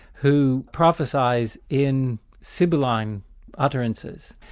who prophecies in sibylline utterances,